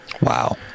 wow